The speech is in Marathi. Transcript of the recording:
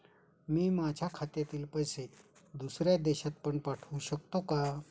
मी माझ्या खात्यातील पैसे दुसऱ्या देशात पण पाठवू शकतो का?